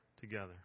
together